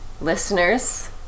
listeners